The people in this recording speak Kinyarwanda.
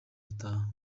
gitaha